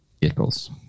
vehicles